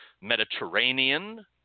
Mediterranean